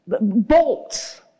bolts